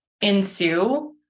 ensue